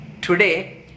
Today